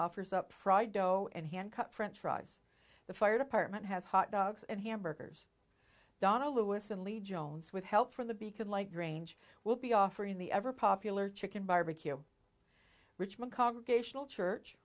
offers up fried dough and hand cut french fries the fire department has hot dogs and hamburgers donna lewis and lee jones with help from the beacon light range will be offering the ever popular chicken barbecue richmond congregational church